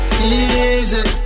Easy